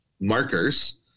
markers